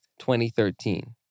2013